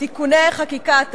לנשים (תיקוני חקיקה),